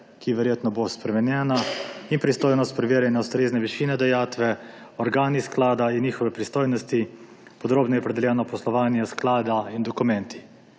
bo verjetno spremenjena, in pristojnost preverjanja ustrezne višine dajatve, organi sklada in njihove pristojnosti, podrobneje je opredeljeno poslovanje sklada in dokumenti.